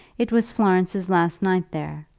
it was florence's last night there,